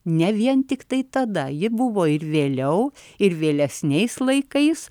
ne vien tiktai tada ji buvo ir vėliau ir vėlesniais laikais